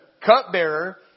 cupbearer